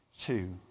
two